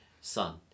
Son